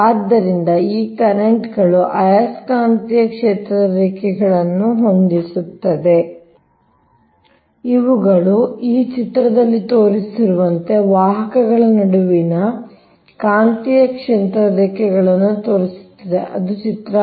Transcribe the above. ಆದ್ದರಿಂದ ಈ ಕರೆಂಟ್ಗಳು ಆಯಸ್ಕಾಂತೀಯ ಕ್ಷೇತ್ರದ ರೇಖೆಗಳನ್ನು ಹೊಂದಿಸುತ್ತವೆ ಇವುಗಳು ಈ ಚಿತ್ರದಲ್ಲಿ ತೋರಿಸಿರುವಂತೆ ವಾಹಕಗಳ ನಡುವಿನ ಕಾಂತೀಯ ಕ್ಷೇತ್ರದ ರೇಖೆಗಳನ್ನು ತೋರಿಸುತ್ತದೆ ಅದು ಚಿತ್ರ 3